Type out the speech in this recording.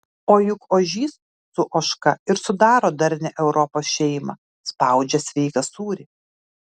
o juk ožys su ožka ir sudaro darnią europos šeimą spaudžia sveiką sūrį